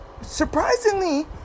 surprisingly